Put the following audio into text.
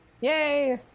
Yay